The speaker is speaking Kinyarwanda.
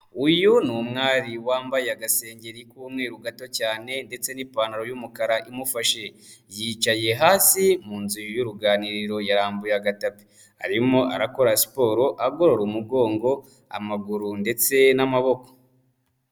Uyu ni umwari wambaye agasengengeri k'umweru gato cyane ndetse n'ipantaro y'umukara imufashe, yicaye hasi mu nzu y'uruganiriro yarambuye aga tapi, arimo arakora siporo agorora umugongo, amaguru ndetse n'amaboko.